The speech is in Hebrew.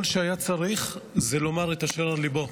כל שהיה צריך זה לומר את אשר על ליבו.